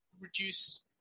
reduce